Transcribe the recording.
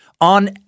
On